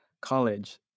college